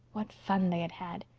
what fun they had had!